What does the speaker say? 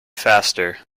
faster